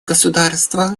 государства